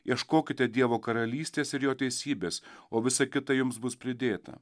ieškokite dievo karalystės ir jo teisybės o visa kita jums bus pridėta